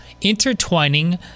intertwining